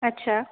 अच्छा